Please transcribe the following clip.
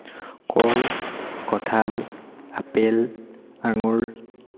কল কঁঠাল আপেল আঙুৰ